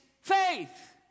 faith